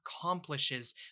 accomplishes